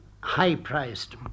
high-priced